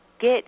get